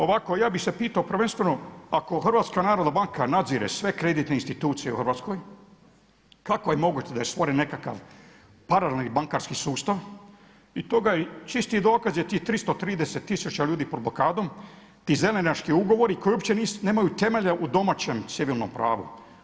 Ovako ja bih se pitao prvenstveno ako HNB nadzire sve kreditne institucije u Hrvatskoj kako je moguće da je stvoren nekakav paralelni bankarski sustav i toga, čisti dokaz je tih 330 tisuća ljudi pod blokadom, ti zelenaški ugovori koji uopće nemaju temelja u domaćem civilnom pravu.